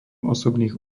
osobných